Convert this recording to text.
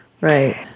right